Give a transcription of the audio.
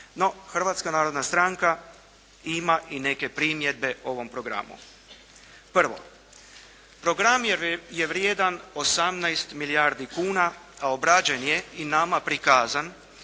No, Hrvatska narodna stranka ima i neke primjedbe u ovom programu. Prvo. Program je vrijedan 18 milijardi kuna a obrađen je i nama prikazan